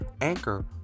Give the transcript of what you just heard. Anchor